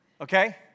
Okay